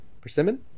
persimmon